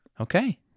Okay